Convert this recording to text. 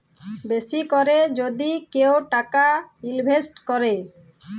বেশি ক্যরে যদি কেউ টাকা ইলভেস্ট ক্যরে